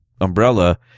umbrella